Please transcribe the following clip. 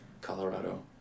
Colorado